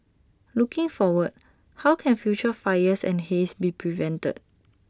looking forward how can future fires and haze be prevented